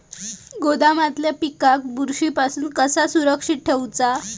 गोदामातल्या पिकाक बुरशी पासून कसा सुरक्षित ठेऊचा?